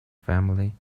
family